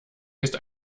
gehst